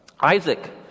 Isaac